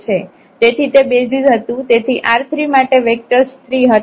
તેથી તે બેસિઝ હતું તેથી R3 માટે વેક્ટર્સ 3 હતા